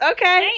Okay